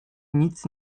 nic